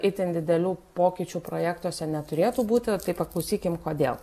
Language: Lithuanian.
itin didelių pokyčių projektuose neturėtų būti tai paklausykim kodėl